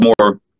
more